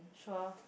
sure